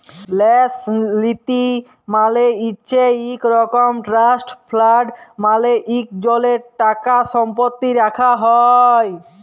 ল্যাস লীতি মালে হছে ইক রকম ট্রাস্ট ফাল্ড মালে ইকজলের টাকাসম্পত্তি রাখ্যা হ্যয়